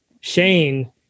Shane